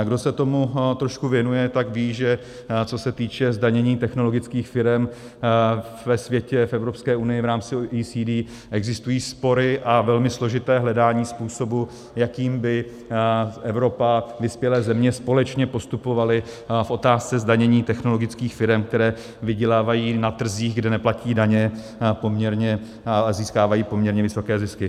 Kdo se tomu trošku věnuje, tak ví, že co se týče zdanění technologických firem ve světě, v Evropské unii, v rámci OECD, existují spory a velmi složité hledání způsobu, jakým by Evropa a vyspělé země společně postupovaly v otázce zdanění technologických firem, které vydělávají na trzích, kde neplatí daně a získávají poměrně vysoké zisky.